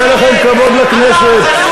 יהיה לכם כבוד לכנסת,